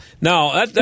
Now